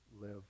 live